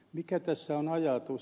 mikä tässä on ajatus